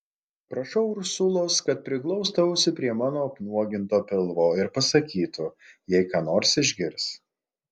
prašau ursulos kad priglaustų ausį prie mano apnuoginto pilvo ir pasakytų jei ką nors išgirs